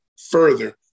further